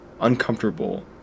uncomfortable